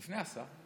לפני השר,